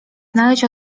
znaleźć